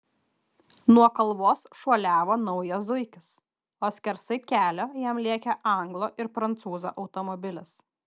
nuo kalvos šuoliavo naujas zuikis o skersai kelio jam lėkė anglo ir prancūzo automobilis